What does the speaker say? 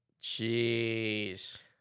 Jeez